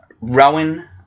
Rowan